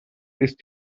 ist